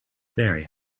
very